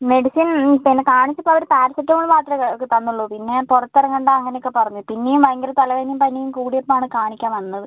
medicine കാണിച്ചപ്പോൾ അവര് paracetamol മാത്രേ തന്നുള്ളൂ പിന്നെ പുറത്തിറങ്ങണ്ട അങ്ങനൊക്കെ പറഞ്ഞു പിന്നേം ഭയങ്കര തലവേദനേം പനീം കൂടിയപ്പോ ആണ് കാണിക്കാൻ വന്നത്